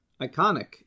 iconic